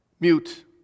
Mute